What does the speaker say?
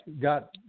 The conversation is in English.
got